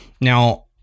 Now